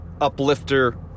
uplifter